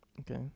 okay